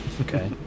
Okay